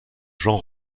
jean